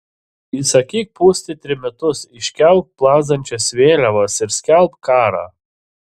įsakyk pūsti trimitus iškelk plazdančias vėliavas ir skelbk karą